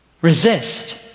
resist